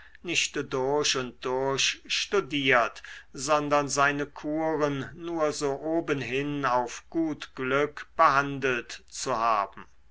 nicht durch und durch studiert sondern seine kuren nur so obenhin auf gut glück behandelt zu haben